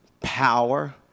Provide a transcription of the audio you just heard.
power